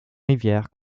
rivière